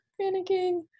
panicking